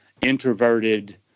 introverted